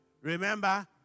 remember